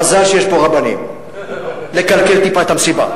מזל שיש פה רבנים, לקלקל טיפה את המסיבה.